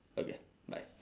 okay bye